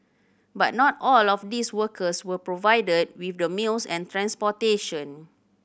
but not all of these workers were provided with the meals and transportation